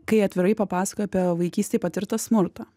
kai atvirai papasakojai apie vaikystėj patirtą smurtą